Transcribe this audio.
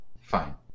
Fine